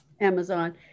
Amazon